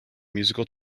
musical